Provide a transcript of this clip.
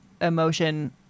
emotion